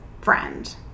friend